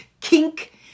Kink